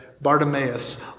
Bartimaeus